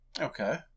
Okay